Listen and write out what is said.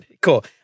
cool